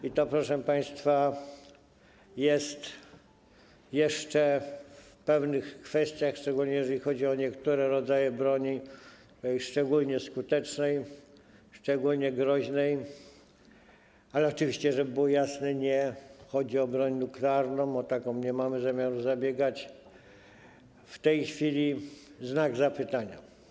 I to, proszę państwa, jest jeszcze w pewnych kwestiach - zwłaszcza jeżeli chodzi o niektóre rodzaje broni, szczególnie skutecznej, szczególnie groźnej, ale oczywiście, żeby było jasne, nie chodzi o broń nuklearną, o taką nie mamy zamiaru zabiegać - w tej chwili znak zapytania.